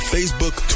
Facebook